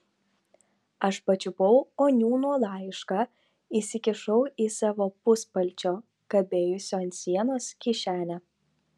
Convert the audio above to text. aš pačiupau oniūno laišką įsikišau į savo puspalčio kabėjusio ant sienos kišenę